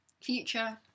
Future